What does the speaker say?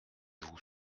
vous